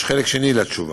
יש חלק שני לתשובה,